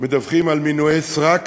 מדווחים על מינויי סרק